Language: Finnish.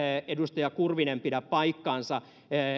edustaja kurvinen pidä paikkaansa